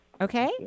Okay